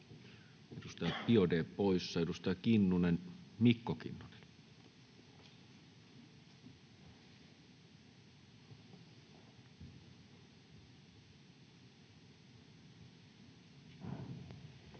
edustaja Biaudet poissa. — Edustaja Kinnunen, Mikko Kinnunen. [Speech